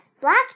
black